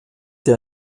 der